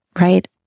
Right